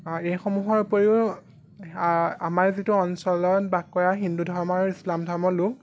এইসমূহৰ উপৰিও আমাৰ যিটো অঞ্চলত বাস কৰা হিন্দু ধৰ্ম আৰু ইছলাম ধৰ্মৰ লোক